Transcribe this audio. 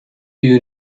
you